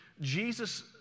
Jesus